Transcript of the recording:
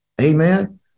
Amen